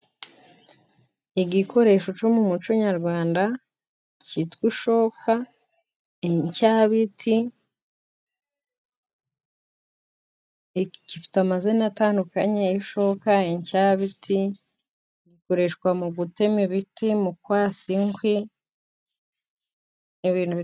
Igikoresho cyo mu muco nyarwanda cyitwa ishoka, inshabiti, iki gifite amazina atandukanye ishoka, inshabiti, gikoreshwa mu gutema ibiti ,mu kwasa inkwi, ibintu bitandukanye.